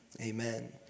amen